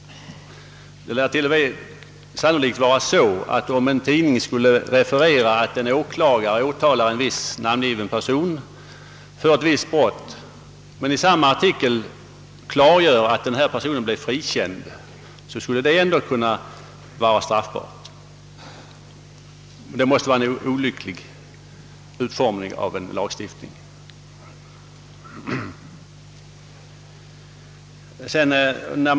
Det torde t.o.m. vara så att om en tidning skulle omtala att en åklagare åtalat en viss namngiven person för ett visst brott men i samma artikel klargöra att personen i fråga blivit frikänd, så skulle detta ändå kunna vara straffbart. En lagstiftning som får sådana konsekvenser måste vara olyckligt utformad.